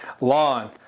Lawn